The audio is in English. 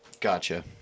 Gotcha